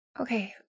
Okay